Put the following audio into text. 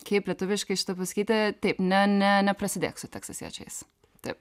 kaip lietuviškai šitą pasakyti taip ne ne neprasidėk su teksasiečiais taip